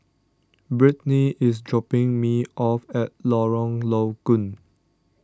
Brittney is dropping me off at Lorong Low Koon